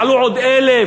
יעלו עוד 1,000,